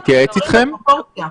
צריך לשים דברים בפרופורציה.